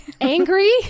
Angry